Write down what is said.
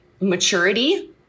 maturity